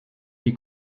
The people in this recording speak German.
die